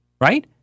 Right